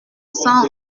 sans